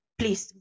please